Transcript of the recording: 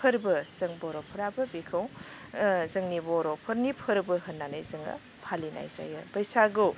फोर्बो जों बर'फोराबो बेखौ जोंनि बर'फोरनि फोर्बो होन्नानै जोङो फालिनाय जायो बैसागु